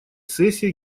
сессии